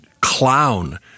clown